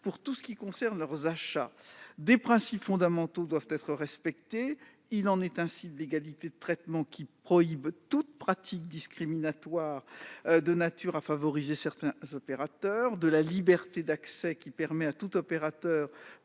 et les EPCI pour leurs achats. Des principes fondamentaux doivent être respectés : il en est ainsi de l'égalité de traitement qui prohibe toute pratique discriminatoire de nature à favoriser certains opérateurs, de la liberté d'accès qui permet à tout opérateur